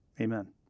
Amen